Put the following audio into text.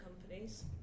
companies